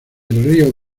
rio